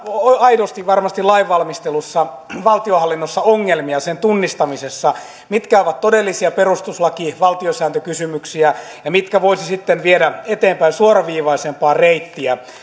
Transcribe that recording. aidosti varmasti lainvalmistelussa valtionhallinnossa ongelmia sen tunnistamisessa mitkä ovat todellisia perustuslaki valtiosääntökysymyksiä ja mitkä voisi sitten viedä eteenpäin suoraviivaisempaa reittiä